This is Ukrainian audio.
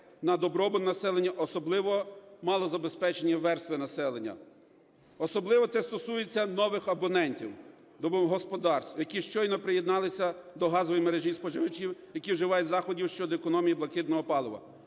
на добробут населення, особливо малозабезпечених верст населення. Особливо це стосується нових абонентів, домогосподарств, які щойно приєдналися до газової мережі споживачів, які вживають заходів щодо економії блакитного палива.